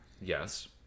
yes